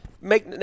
make –